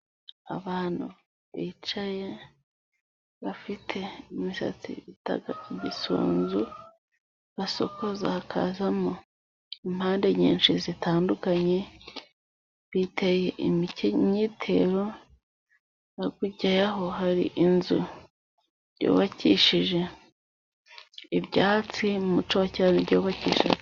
Abantu bicaye bafite imisatsi bita igisuzu, basokoza hakazamo impande nyinshi zitandukanye, biteye imyitero, hakuryaho hari inzu yubakishije ibyatsi, mu muco wa cyera nibyo bubakishaga.